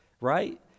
right